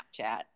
Snapchat